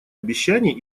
обещаний